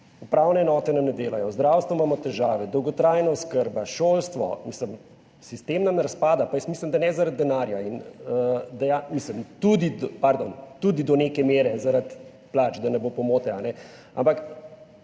upravne enote nam ne delajo, v zdravstvu imamo težave, dolgotrajna oskrba, šolstvo. Mislim, sistem nam razpada. Pa jaz mislim, da ne zaradi denarja, tudi do neke mere zaradi plač, da ne bo pomote, ampak